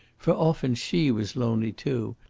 for often she was lonely too,